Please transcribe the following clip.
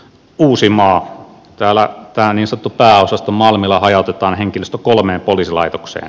täällä niin sanotulla pääosastolla malmilla hajautetaan henkilöstö kolmeen poliisilaitokseen